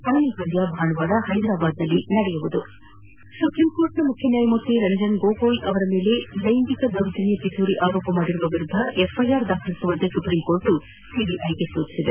final ಪಂದ್ಯ ಭಾನುವಾರ ಹೈದ್ರಾಬಾದ್ನಲ್ಲಿ ನಡೆಯುವುದು ಸುಪ್ರೀಂಕೋರ್ಟ್ನ ಮುಖ್ಯ ನ್ಯಾಯಮೂರ್ತಿ ರಂಜನ್ ಗೊಗೊಯ್ ಅವರ ಮೇಲೆ ಲೈಗಿಂಕ ದೌರ್ಜನ್ಯ ಪಿತೂರಿ ಆರೋಪ ಮಾಡಿರುವ ವಿರುದ್ದ ಎಫ್ಐಆರ್ ದಾಖಲಿಸುವಂತೆ ಸುಪ್ರೀಂಕೋರ್ಟ್ ಸಿಬಿಐಗೆ ಸೂಚನೆ ನೀಡಿದೆ